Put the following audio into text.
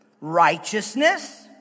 righteousness